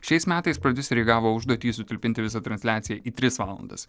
šiais metais prodiuseriai gavo užduotį sutalpinti visą transliaciją į tris valandas